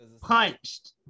Punched